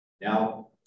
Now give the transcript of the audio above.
now